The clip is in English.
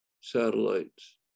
satellites